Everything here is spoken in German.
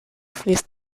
fließt